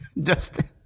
Justin